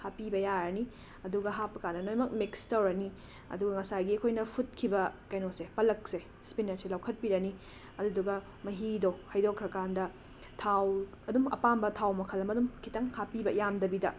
ꯍꯥꯞꯄꯤꯕ ꯌꯥꯔꯅꯤ ꯑꯗꯨꯒ ꯍꯥꯞꯄꯀꯥꯟꯗ ꯂꯣꯏꯃꯛ ꯃꯤꯛꯁ ꯇꯧꯔꯅꯤ ꯑꯗꯒ ꯉꯁꯥꯏꯒꯤ ꯑꯩꯈꯣꯏꯅ ꯐꯨꯠꯈꯤꯕ ꯀꯩꯅꯣꯁꯦ ꯄꯜꯂꯛꯁꯦ ꯁ꯭ꯄꯤꯅꯠꯆꯁꯦ ꯂꯧꯈꯠꯄꯤꯔꯅꯤ ꯑꯗꯨꯗꯨꯒ ꯃꯍꯤꯗꯣ ꯍꯩꯗꯣꯛꯈ꯭ꯔꯀꯥꯟꯗ ꯊꯥꯎ ꯑꯗꯨꯝ ꯑꯄꯥꯝꯕ ꯊꯥꯎ ꯃꯈꯜ ꯑꯃ ꯑꯗꯨꯝ ꯈꯤꯇꯪ ꯍꯥꯞꯄꯤꯕ ꯌꯥꯝꯗꯕꯤꯗ